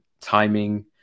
timing